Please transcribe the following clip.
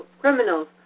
criminals